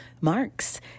Marks